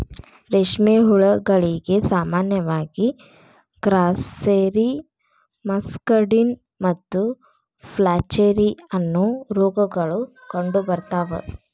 ರೇಷ್ಮೆ ಹುಳಗಳಿಗೆ ಸಾಮಾನ್ಯವಾಗಿ ಗ್ರಾಸ್ಸೆರಿ, ಮಸ್ಕಡಿನ್ ಮತ್ತು ಫ್ಲಾಚೆರಿ, ಅನ್ನೋ ರೋಗಗಳು ಕಂಡುಬರ್ತಾವ